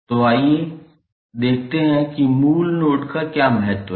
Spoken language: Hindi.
तो आइए देखते हैं कि मूल नोड का क्या महत्व है